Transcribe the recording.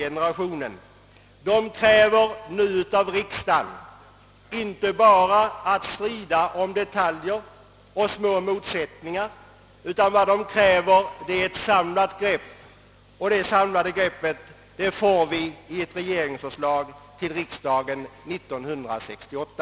Dessa människor kräver nu av riksdagen att den inte bara skall strida om detaljer och små motsättningar, utan vad de kräver är ett samlat grepp, och det samlade greppet får vi i ett regeringsförslag till riksdagen 1968.